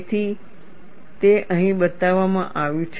તેથી તે અહીં બતાવવામાં આવ્યું છે